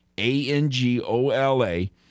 A-N-G-O-L-A